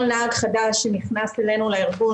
כל נהג חדש שנכנס אלינו לארגון,